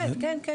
בהחלט, כן, כן.